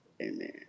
Amen